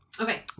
Okay